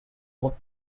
look